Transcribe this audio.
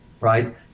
right